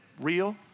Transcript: real